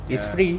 ya